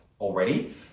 already